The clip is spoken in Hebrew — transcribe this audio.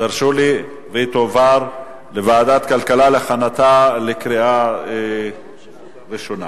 והיא תועבר לוועדת הכלכלה להכנתה לקריאה ראשונה.